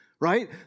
right